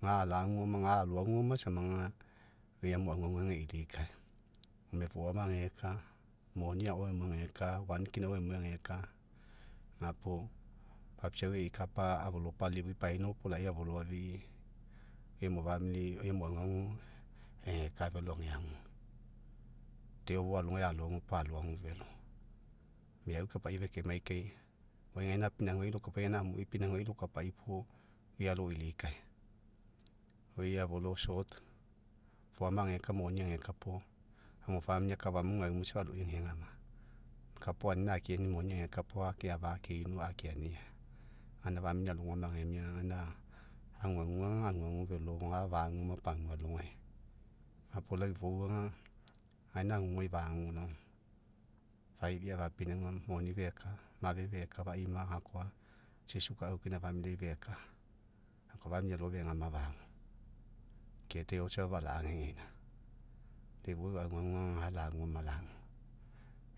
Ga alaguoma, ga aloaguoma samaga, oi amo aguagu ageilikae, gome foama ageka, moni agao emuai ageka, kina agao emuai ageka, gapuo papiau eikapa afolopalifua, painao opolai afoafi'i, oiemu emu aguagu ake velo ageagu. Deo fou alogai aloagu puo aloagu velo. Meau kapai fekemai kai, oi gaina pinaugai lokapai puo aloilikae. Oi afolo foama ageka, moni ageka puo, amo akafamu, gaumu safa aloi agegama. Kapa agao anina akeani, moni ageka puo akeafa akeinu, akeania. Gaina alo agegama, gaina aguaguga aguagu velo. Ga faguoma pagua alogai. Gapuo lau ifou aga, gaina agugai fagu, faifea fapinauga, moni feka, mafe feka, faima gakoa, tsi suga aufakina familiai feka. alo fegama fagu. Ke deo safa fala'agegeaina. Lau ifou eu aguagu galaguoma lagu.